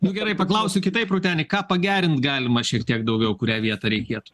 nu gerai paklausiu kitaip rūteni ką pagerint galima šiek tiek daugiau kurią vietą reikėtų